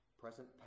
Present